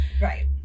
right